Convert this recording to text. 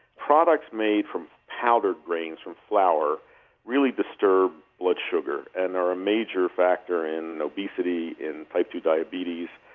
products made from powdered grains from flour really disturb blood sugar, and they're a major factor in obesity, in type two diabetes.